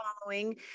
following